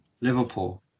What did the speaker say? Liverpool